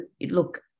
look